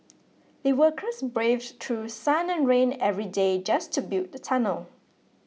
the workers braved through sun and rain every day just to build the tunnel